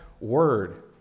word